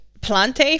Plante